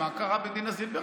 מה רע בדינה זילבר?